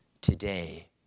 today